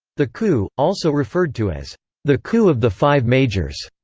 the coup, also referred to as the coup of the five majors,